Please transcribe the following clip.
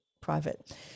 private